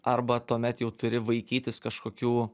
arba tuomet jau turi vaikytis kažkokių